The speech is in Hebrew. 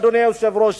אדוני היושב-ראש.